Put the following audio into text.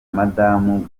madamu